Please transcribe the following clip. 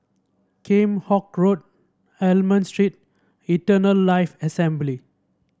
Kheam Hock Road Almond Street Eternal Life Assembly